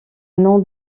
nom